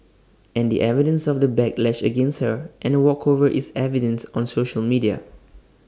and the evidence of the backlash against her and A walkover is evident on social media